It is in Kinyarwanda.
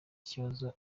ikibazo